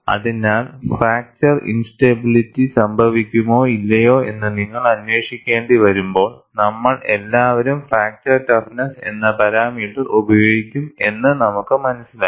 അതിനാൽഫ്രാക്ചർ instability സംഭവിക്കുമോ ഇല്ലയോ എന്ന് നിങ്ങൾ അന്വേഷിക്കേണ്ടി വരുമ്പോൾ നമ്മൾ എല്ലാവരും ഫ്രാക്ചർ ടഫ്നെസ്സ് എന്ന പാരാമീറ്റർ ഉപയോഗിക്കും എന്നു നമുക്ക് മനസ്സിലായി